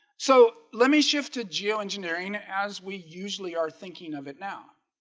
so let me shift to geoengineering as we usually are thinking of it now